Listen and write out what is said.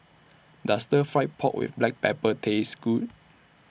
Does Stir Fry Pork with Black Pepper Taste Good